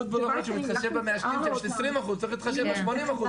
לא צריך להתחשב ב-20%, צריך להתחשב ב-80%.